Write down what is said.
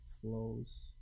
flows